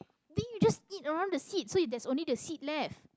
then you just eat around the seed so if there's only the seed left